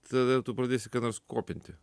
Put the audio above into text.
tada tu pradėsi ką nors kopinti